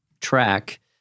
track